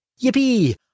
Yippee